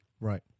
right